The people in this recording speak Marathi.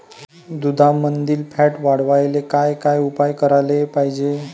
दुधामंदील फॅट वाढवायले काय काय उपाय करायले पाहिजे?